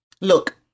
look